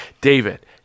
David